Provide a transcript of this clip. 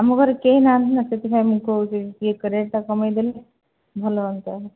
ଆମ ଘରେ କେହି ନାହାଁନ୍ତି ନା ସେଥିପାଇଁ ମୁଁ କହୁଛି ଟିକେ ରେଟଟା କମେଇଦେଲେ ଭଲ ହୁଅନ୍ତା